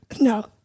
No